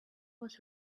was